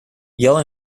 yell